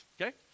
Okay